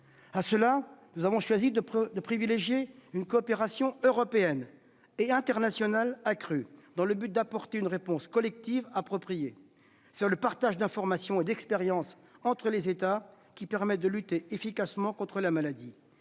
part, nous avons choisi de privilégier une coopération européenne et internationale accrue, dans le but d'apporter une réponse collective appropriée. C'est le partage d'informations et d'expériences entre États qui permet de lutter efficacement contre la maladie